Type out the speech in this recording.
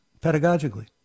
pedagogically